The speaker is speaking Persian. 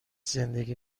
زندگی